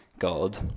God